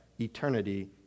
eternity